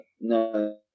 no